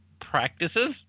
practices